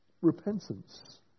repentance